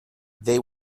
they